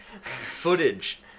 footage